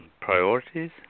priorities